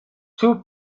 two